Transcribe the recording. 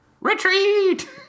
retreat